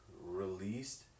released